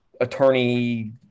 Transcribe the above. attorney